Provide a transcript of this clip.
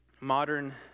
modern